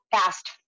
Fast